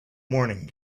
morning